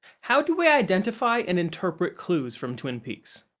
how do we identify and interpret clues from twin peaks?